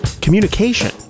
communication